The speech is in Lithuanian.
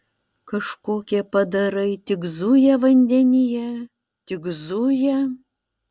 kažkokie padarai tik zuja vandenyje tik zuja